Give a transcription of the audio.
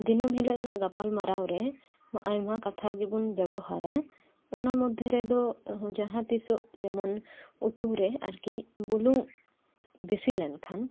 ᱫᱤᱱᱟᱹᱢ ᱦᱤᱞᱳᱜ ᱨᱮᱱᱟᱜ ᱜᱟᱯᱟᱞᱢᱟᱨᱟᱣ ᱨᱮ ᱟᱭᱢᱟ ᱠᱟᱛᱷᱟ ᱜᱮᱵᱚᱱ ᱵᱮᱵᱚᱦᱟᱨᱟ ᱚᱱᱟ ᱢᱚᱫᱷᱮ ᱨᱮᱫᱚ ᱡᱟᱦᱟ ᱛᱤᱥᱚᱜ ᱡᱮᱢᱚᱱ ᱩᱛᱩ ᱨᱮ ᱟᱨᱠᱤ ᱵᱩᱞᱩᱝ ᱵᱤᱥᱤ ᱞᱮᱱ ᱠᱷᱟᱱ